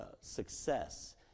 success